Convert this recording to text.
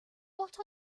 what